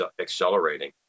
accelerating